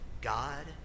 God